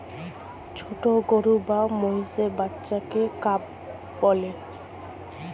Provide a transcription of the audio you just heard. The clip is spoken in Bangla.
ছোট গরু বা মহিষের বাচ্চাকে কাফ বলে